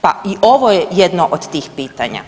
Pa i ovo je jedno od tih pitanja.